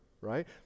Right